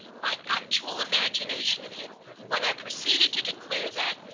my actual imagination of him when i proceeded to declare that,